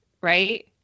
right